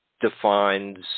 defines